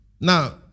now